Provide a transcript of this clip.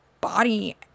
body